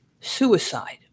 suicide